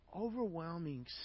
overwhelming